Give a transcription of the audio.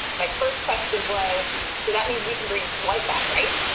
my first question was, so that means we can bring dwight back, right?